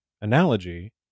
analogy